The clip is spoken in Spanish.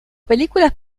películas